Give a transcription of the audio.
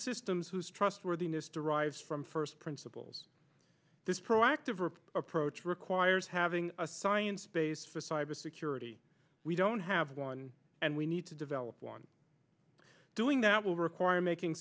systems whose trustworthiness derives from first principles this proactive approach requires having a science base for cybersecurity we don't have one and we need to develop one doing that will require making